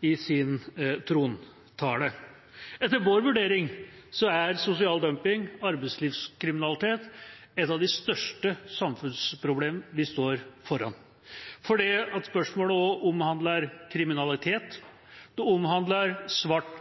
i sin trontale. Etter vår vurdering er sosial dumping og arbeidslivskriminalitet et av de største samfunnsproblemene vi står overfor, for spørsmålet omhandler også kriminalitet, svart økonomi og menneskehandel. Det er grunnen til at